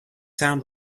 sound